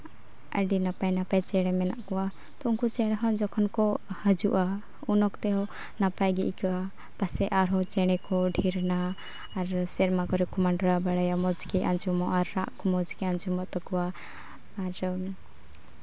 ᱟᱹᱰᱤ ᱱᱟᱯᱟᱭ ᱱᱟᱯᱟᱭ ᱪᱮᱬᱮ ᱢᱮᱱᱟᱜ ᱠᱚᱣᱟ ᱛᱳ ᱩᱱᱠᱩ ᱪᱮᱬᱮ ᱦᱚᱸ ᱡᱚᱠᱷᱚᱱ ᱠᱚ ᱦᱤᱡᱩᱜᱼᱟ ᱩᱱ ᱚᱠᱛᱚ ᱦᱚᱸ ᱱᱟᱯᱟᱭ ᱜᱮ ᱟᱹᱭᱠᱟᱹᱜᱼᱟ ᱯᱟᱥᱮᱡ ᱟᱨᱦᱚᱸ ᱪᱮᱬᱮ ᱠᱚ ᱰᱷᱮᱨᱱᱟ ᱟᱨ ᱥᱮᱨᱢᱟ ᱠᱚᱨᱮ ᱠᱚ ᱢᱟᱸᱰᱨᱟᱣ ᱵᱟᱲᱟᱭᱟ ᱢᱚᱡᱽ ᱜᱮ ᱟᱸᱡᱚᱢᱚᱜᱼᱟ ᱨᱟᱜ ᱠᱚ ᱢᱚᱡᱽ ᱜᱮ ᱟᱸᱡᱚᱢᱚᱜ ᱛᱟᱠᱚᱣᱟ ᱟᱨ